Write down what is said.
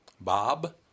Bob